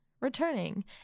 returning